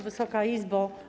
Wysoka Izbo!